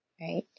Right